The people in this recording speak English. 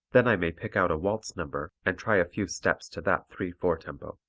then i may pick out a waltz number and try a few steps to that three four tempo.